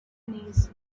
neza